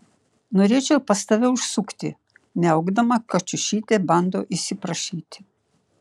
norėčiau pas tave užsukti miaukdama kačiušytė bando įsiprašyti